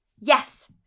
Yes